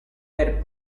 per